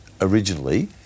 originally